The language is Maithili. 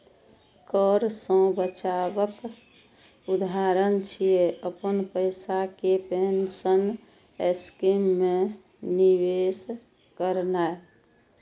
कर सं बचावक उदाहरण छियै, अपन पैसा कें पेंशन स्कीम मे निवेश करनाय